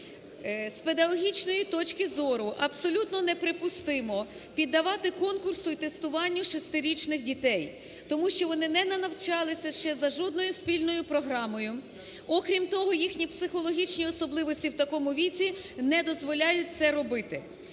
З педагогічної точки зору, абсолютно неприпустимо піддавати конкурсу і тестуванню шестирічних дітей. Тому що вони не навчалися ще за жодною спільною програмою. Окрім того, їхні психологічні особливості в такому віці не дозволяють це робити.